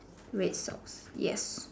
wait yes